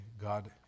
God